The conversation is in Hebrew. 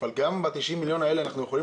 אבל גם ב-90 מיליון האלה אנחנו יכולים